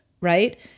right